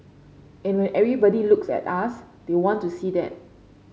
and when everybody looks at us they want to see that